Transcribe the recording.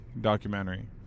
documentary